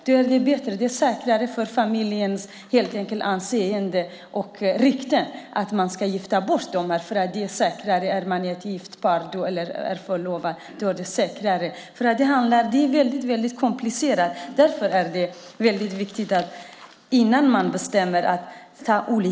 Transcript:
Det är bättre och säkrare för familjens anseende och rykte att gifta bort sina barn. Det är säkrare om man är gift eller förlovad. Det är mycket komplicerat. Därför är det viktigt att se olika aspekter innan man bestämmer något.